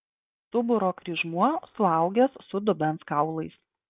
stuburo kryžmuo suaugęs su dubens kaulais